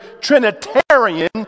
Trinitarian